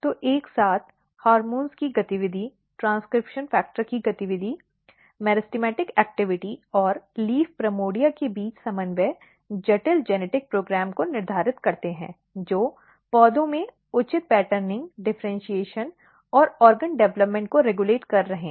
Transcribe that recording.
तो एक साथ हार्मोन की गतिविधि ट्रेन्स्क्रिप्शन फ़ेक्टर की गतिविधि मेरिस्टेमेटिक गतिविधि और पत्ती प्राइमोर्डिया के बीच समन्वय जटिल आनुवंशिक कार्यक्रम को निर्धारित करते हैं जो पौधों में उचित पैटर्निंग डिफ़र्इन्शीएशन और अंग विकास को रेगुलेट कर रहे हैं